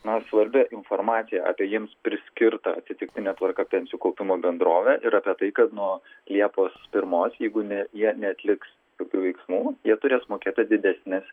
na svarbia informacija apie jiems priskirtą atsitiktine tvarka pensijų kaupimo bendrovę ir apie tai kad nuo liepos pirmos jeigu ne jie neatliks jokių veiksmų jie turės mokėti didesnes